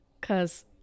Cause